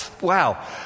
wow